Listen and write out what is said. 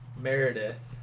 Meredith